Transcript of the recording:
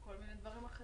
על כל מיני דברים.